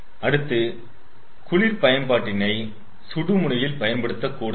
அடுத்து குளிர் பயன்பாட்டினை சுடு முனையில் பயன்படுத்தக்கூடாது